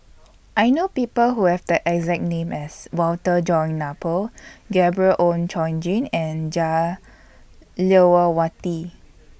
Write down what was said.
I know People Who Have The exact name as Walter John Napier Gabriel Oon Chong Jin and Jah Lelawati